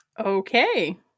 Okay